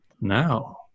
now